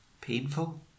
painful